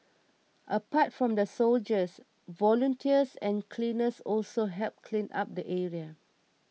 apart from the soldiers volunteers and cleaners also helped clean up the area